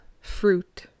fruit